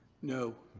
no.